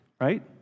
right